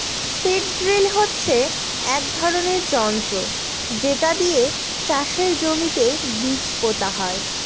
seed drill হচ্ছে এক ধরনের যন্ত্র যেটা দিয়ে চাষের জমিতে বীজ পোতা হয়